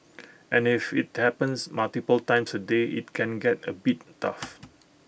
and if IT happens multiple times A day IT can get A bit tough